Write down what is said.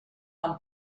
amb